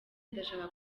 ndashaka